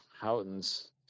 Houghton's